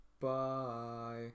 bye